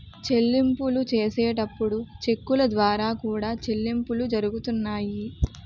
చెల్లింపులు చేసేటప్పుడు చెక్కుల ద్వారా కూడా చెల్లింపులు జరుగుతున్నాయి